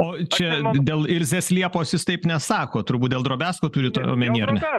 o čia dėl ilzės liepos jis taip nesako turbūt dėl drobiazko turit omeny ar ne